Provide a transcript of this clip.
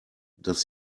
das